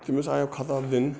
تٔمِس آیو خطاب دِنہٕ